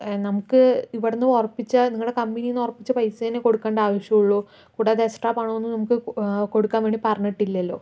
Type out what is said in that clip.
നമുക്ക് ഇവിടുന്ന് ഉറപ്പിച്ച നിങ്ങളുട് കമ്പനിന്ന് ഉറപ്പിച്ച പൈസ തന്നെ കൊടുക്കേണ്ട ആവശ്യം ഉള്ളൂ കൂടാതെ എക്സ്ട്രാ പണമൊന്നും നമുക്ക് കൊടുക്കാൻ വേണ്ടി പറഞ്ഞിട്ടില്ലല്ലോ